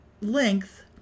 length